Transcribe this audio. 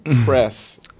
press